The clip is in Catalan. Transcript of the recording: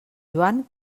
joan